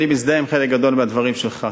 אני מזדהה עם חלק גדול מהדברים שלך.